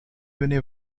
uni